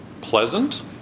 pleasant